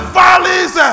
valleys